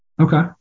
Okay